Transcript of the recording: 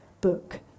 book